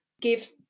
give